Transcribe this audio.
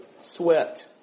sweat